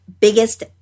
biggest